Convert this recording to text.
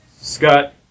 Scott